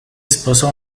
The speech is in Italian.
sposò